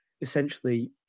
essentially